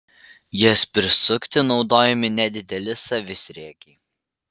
jas prisukti naudojami nedideli savisriegiai